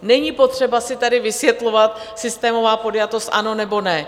Není potřeba si tady vysvětlovat systémová podjatost ano nebo ne.